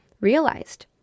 realized